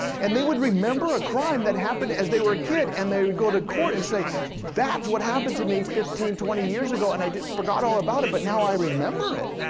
and they would remember a crime that happened as they were a kid and they would go to court and say that's what happened to me fifteen twenty years ago and i'd forgot all about it, but now i remember it.